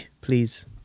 please